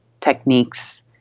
techniques